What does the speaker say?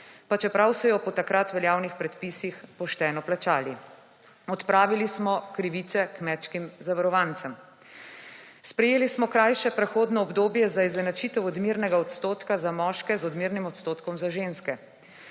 pa čeprav so jo po takrat veljavnih predpisih pošteno plačali. Odpravili smo krivice kmečkim zavarovancem. Sprejeli smo krajše prehodno obdobje za izenačitev odmernega odstotka za moške z odmernim odstotkom za ženske.